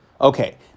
Okay